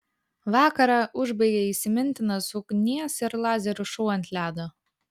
vakarą užbaigė įsimintinas ugnies ir lazerių šou ant ledo